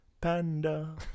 panda